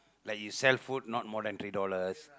like you sell food not more than three dollars